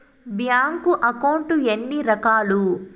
bank account ఎన్ని రకాలు